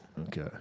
Okay